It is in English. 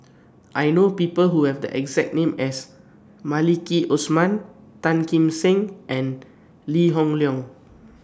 I know People Who Have The exact name as Maliki Osman Tan Kim Seng and Lee Hoon Leong